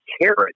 carrot